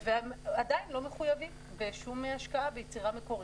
והם עדיין לא מחויבים בשום השקעה ביצירה מקורית.